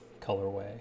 colorway